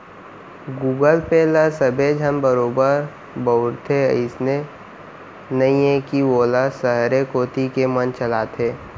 Google Pay ल सबे झन बरोबर बउरथे, अइसे नइये कि वोला सहरे कोती के मन चलाथें